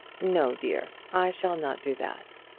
no, dear i shall not do that.